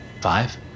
Five